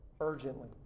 urgently